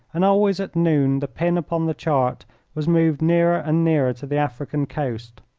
and always at noon the pin upon the chart was moved nearer and nearer to the african coast.